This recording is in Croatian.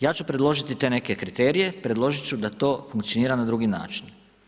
Ja ću predložiti te neke kriterije, predložiti ću da to funkcionira na drugi način.